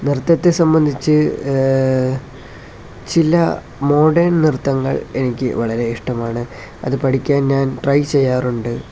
നൃത്തത്തെ സംബന്ധിച്ച് ചില മോഡേൺ നൃത്തങ്ങൾ എനിക്ക് വളരെ ഇഷ്ടമാണ് അത് പഠിക്കാൻ ഞാൻ ട്രൈ ചെയ്യാറുണ്ട്